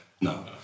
No